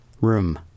room